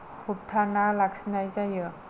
होबथाना लाखिनाय जायो